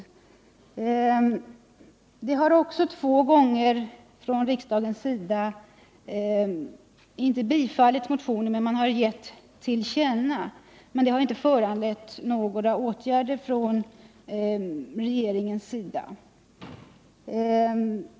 Riksdagen har också två gånger givit regeringen till känna vad som anförts i motioner. Detta har inte föranlett några åtgärder från regeringen.